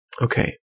Okay